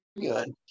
good